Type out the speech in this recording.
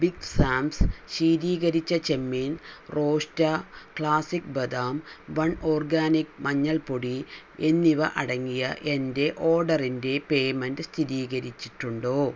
big Sam's ശീതീകരിച്ച ചെമ്മീൻ roast classic ബദാം വൺ ഓർഗാനിക് മഞ്ഞൾ പൊടി എന്നിവ അടങ്ങിയ എന്റെ ഓർഡറിന്റെ പേയ്മെൻറ്റ് സ്ഥിതീകരിച്ചിട്ടുണ്ടോ